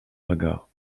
regard